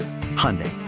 Hyundai